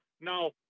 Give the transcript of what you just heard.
Now